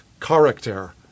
character